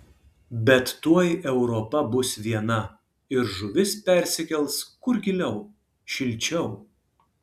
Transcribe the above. bet tuoj europa bus viena ir žuvis persikels kur giliau šilčiau